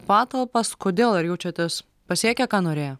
patalpas kodėl ar jaučiatės pasiekę ką norėjo